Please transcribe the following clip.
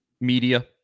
media